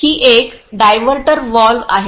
आता ही एक डायव्हर्टर वाल्व आहे